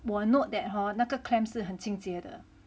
我 note that hor 那个 clam 是很清洁的